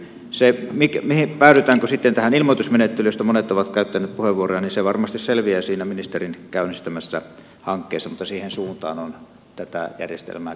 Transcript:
se päädytäänkö sitten tähän ilmoitusmenettelyyn josta monet ovat käyttäneet puheenvuoroja varmasti selviää siinä ministerin käynnistämässä hankkeessa mutta siihen suuntaan on tätä järjestelmää kyllä kehitettävä